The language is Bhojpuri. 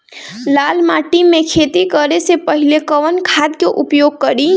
लाल माटी में खेती करे से पहिले कवन खाद के उपयोग करीं?